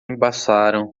embaçaram